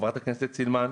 חברת הכנסת סילמן,